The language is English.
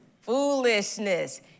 foolishness